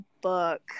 book